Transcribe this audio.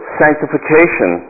sanctification